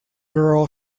girl